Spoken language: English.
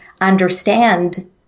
understand